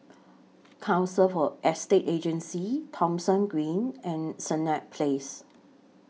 Council For Estate Agencies Thomson Green and Senett Place